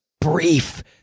brief